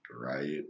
right